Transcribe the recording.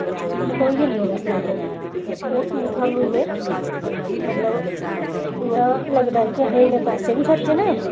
पटोई जंदियां न सलाइयां ते ओह् सूट सानूं इन्ने मतलब इ'यां लगदा ऐ कि असें इन्ने पैहे बी खर्चे न